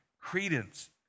credence